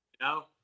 No